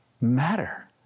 matter